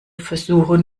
versuchen